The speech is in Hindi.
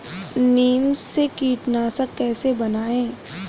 नीम से कीटनाशक कैसे बनाएं?